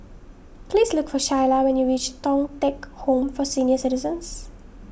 please look for Shayla when you reach Thong Teck Home for Senior Citizens